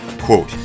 Quote